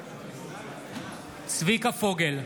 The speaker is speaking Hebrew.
בעד צביקה פוגל,